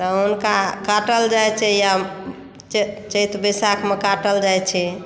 तऽ हुनका काटल जाइत छै या चैत बैसाखमे काटल जाइत छै